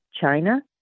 China